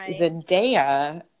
Zendaya